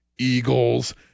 Eagles